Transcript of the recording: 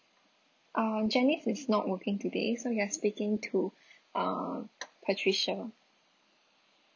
um janice is not working today so you are speaking to uh patricia